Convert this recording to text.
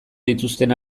dituzten